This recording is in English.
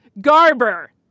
Garber